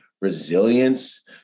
resilience